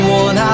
one